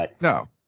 No